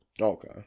Okay